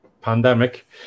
pandemic